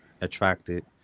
attracted